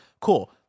cool